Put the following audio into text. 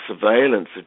surveillance